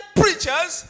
preachers